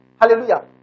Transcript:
hallelujah